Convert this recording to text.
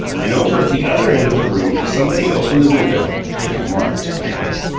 and over at the other end of the room somebody opened the window in a marked manner.